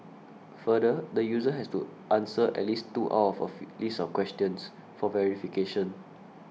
further the user has to answer at least two out of a fit list of questions for verification